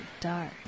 dark